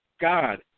God